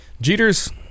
Jeter's